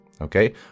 Okay